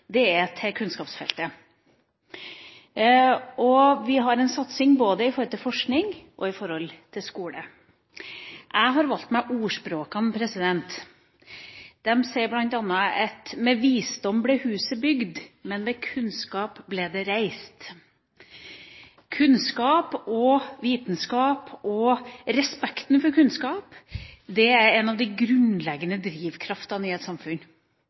kr, er på kunnskapsfeltet. Vi har en satsing på både forskning og skole. Jeg har valgt meg et ordspråk: Med visdom ble huset bygd, men med kunnskap ble det reist. Kunnskap, vitenskap og respekten for kunnskap er en av de grunnleggende drivkreftene i et samfunn.